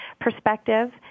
perspective